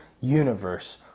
universe